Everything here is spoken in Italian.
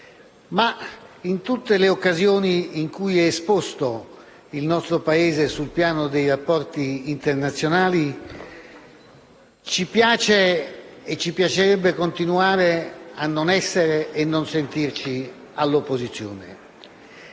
ma, in tutte le occasioni in cui il nostro Paese è esposto sul piano dei rapporti internazionali, ci piace e ci piacerebbe continuare a non essere e non sentirci all'opposizione.